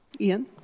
Ian